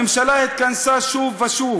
הממשלה התכנסה שוב ושוב